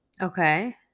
Okay